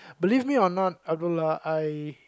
believe me or not Abdullah I